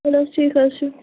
چَلو حظ ٹھیٖک حظ چھُ